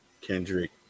Kendrick